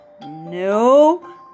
No